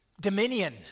dominion